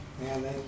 Man